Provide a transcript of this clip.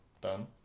done